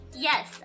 Yes